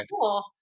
cool